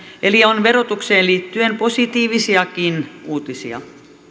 eli on verotukseen liittyen positiivisiakin uutisia